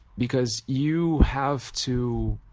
because you have to